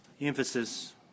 emphasis